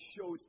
shows